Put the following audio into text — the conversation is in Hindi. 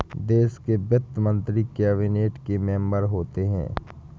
देश के वित्त मंत्री कैबिनेट के मेंबर होते हैं